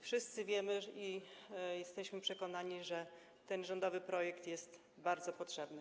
Wszyscy wiemy, jesteśmy o tym przekonani, że ten rządowy projekt jest bardzo potrzebny.